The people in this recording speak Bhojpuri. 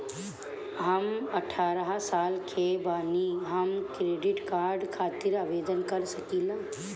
हम अठारह साल के बानी हम क्रेडिट कार्ड खातिर आवेदन कर सकीला?